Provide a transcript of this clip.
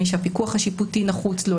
למי שהפיקוח השיפוטי נחוץ לו,